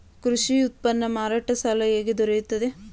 ಕೃಷಿ ಉತ್ಪನ್ನ ಮಾರಾಟ ಸಾಲ ಹೇಗೆ ದೊರೆಯುತ್ತದೆ?